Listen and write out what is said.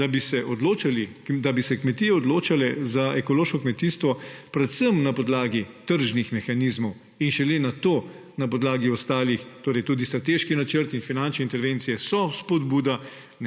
da bi se kmetije odločale za ekološko kmetijstvo predvsem na podlagi tržnih mehanizmov in šele nato na podlagi ostalih. Torej tudi strateški načrti in finančne intervencije so spodbuda,